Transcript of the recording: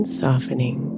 softening